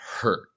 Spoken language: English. hurt